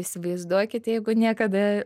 įsivaizduokit jeigu niekada